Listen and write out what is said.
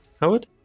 Howard